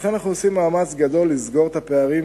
לכן אנחנו עושים מאמץ גדול לסגור את הפערים